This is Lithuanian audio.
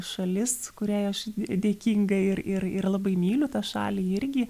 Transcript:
šalis kuriai aš dėkinga ir ir ir labai myliu tą šalį irgi